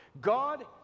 God